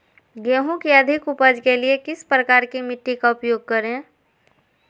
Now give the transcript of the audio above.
गेंहू की अधिक उपज के लिए किस प्रकार की मिट्टी का उपयोग करे?